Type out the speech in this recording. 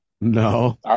No